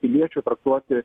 piliečių traktuoti